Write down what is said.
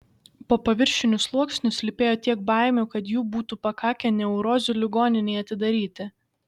po paviršiniu sluoksniu slypėjo tiek baimių kad jų būtų pakakę neurozių ligoninei atidaryti